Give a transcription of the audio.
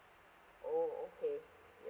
oh okay